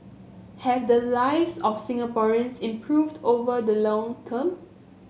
have the lives of Singaporeans improved over the long term